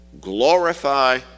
glorify